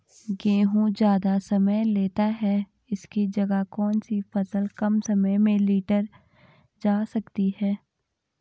गेहूँ ज़्यादा समय लेता है इसकी जगह कौन सी फसल कम समय में लीटर जा सकती है?